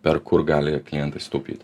per kur gali klientai sutaupyti